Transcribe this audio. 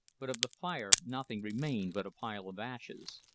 but of the fire nothing remained but a pile of ashes.